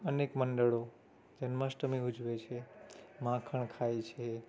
અનેક મંડળો જન્માષ્ટમી ઉજવે છે માખણ ખાય છે